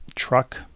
truck